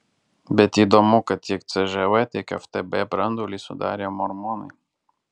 bet įdomu kad tiek cžv tiek ftb branduolį sudarė mormonai